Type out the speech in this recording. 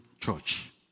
church